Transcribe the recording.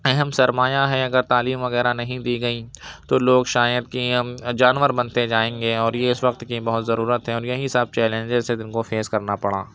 اہم سرمایہ ہے اگر تعلیم وغیرہ نہیں دی گئی تو لوگ شاید کہ جانور بنتے جائیں گے اور یہ اس وقت کی بہت ضرورت ہے اور یہی سب چلنجیز تھے جن کو فیس کرنا پڑا